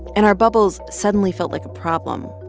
and our bubbles suddenly felt like a problem.